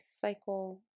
cycle